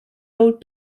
old